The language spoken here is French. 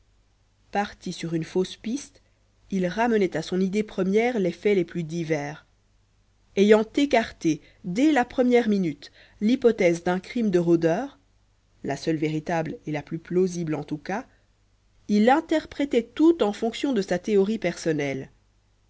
parti sur une fausse piste il ramenait à son idée première les faits les plus divers ayant écarté dès la première minute l'hypothèse d'un crime de rôdeurs la seule véritable et la plus plausible en tous cas il interprétait tout en fonction de sa théorie personnelle